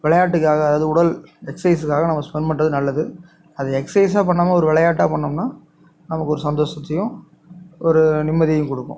விளையாட்டுக்காக அது உடல் எக்ஸைஸுக்காக நம்ம ஸ்பென்ட் பண்ணுறது நல்லது அதை எக்ஸைசாக பண்ணாமல் ஒரு விளையாட்டா பண்ணோம்னால் நமக்கு ஒரு சந்தோஷத்தையும் ஒரு நிம்மதியையும் கொடுக்கும்